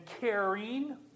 caring